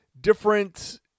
different